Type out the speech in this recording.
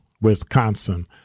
Wisconsin